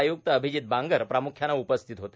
आय्क्त अभिजित बांगर प्राम्ख्याने उपस्थित होते